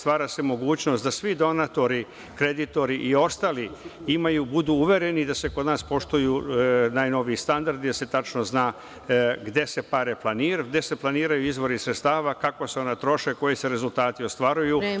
Stvara se mogućnost da svi donatori, kreditori i ostali budu uvereni da se kod nas poštuju najnoviji standardi, da se tačno zna gde se planiraju izvori sredstava, kako se ona troše, koji se rezultati ostvaruju.